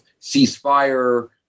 ceasefire